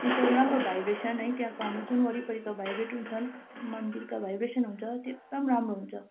एकदमै राम्रो भाइब्रेसन है त्यहाँको हाम्रो जुन वरिपरिको भाइब्रेट छन् मन्दिरका भाइब्रेसन हुन्छ त्यो एकदम राम्रो हुन्छ